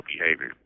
behavior